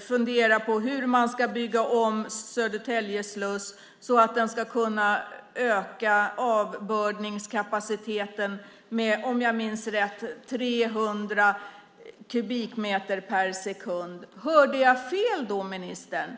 funderar på hur man ska bygga om Södertälje sluss så att avbördningskapaciteten ska kunna öka med, om jag minns rätt, 300 kubikmeter per sekund. Hörde jag fel, ministern?